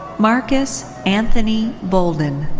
marcus anthony bolden.